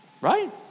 right